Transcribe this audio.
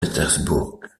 pétersbourg